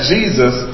Jesus